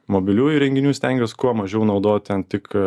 mobiliųjų įrenginių stengiuos kuo mažiau naudot ten tik